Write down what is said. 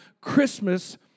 Christmas